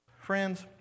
Friends